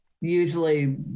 Usually